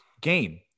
game